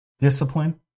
discipline